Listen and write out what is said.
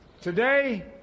Today